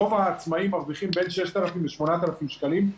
רוב העצמאים מרוויחים בין 8,000-6,000 שקלים,